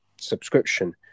subscription